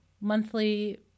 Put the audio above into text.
monthly